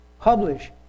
Publish